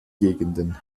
gegenden